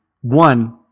one